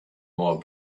more